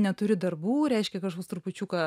neturi darbų reiškia kažkoks trupučiuką